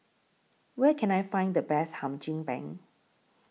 Where Can I Find The Best Hum Chim Peng